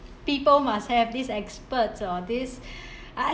people must have these experts or these